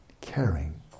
caring